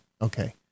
Okay